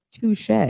touche